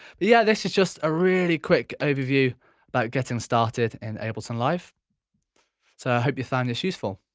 yeah this is just a really quick overview about getting started in ableton live so i hope you've found this useful.